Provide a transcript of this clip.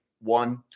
one